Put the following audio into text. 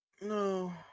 No